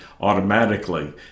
automatically